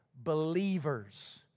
believers